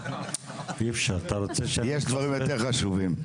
יש דברים יותר חשובים.